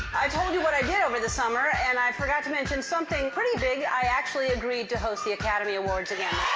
i told you what i did over the summer, and i forgot to mention something pretty big. i actually agreed to host the academy awards again.